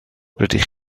rydych